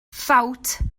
ffawt